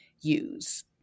use